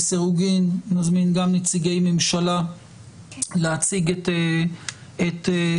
לסירוגין נזמין גם נציגי ממשלה להציג את עמדתם.